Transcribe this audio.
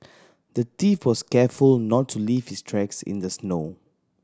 the thief was careful not to leave his tracks in the snow